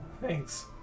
Thanks